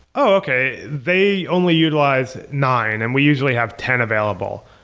okay. they only utilize nine and we usually have ten available.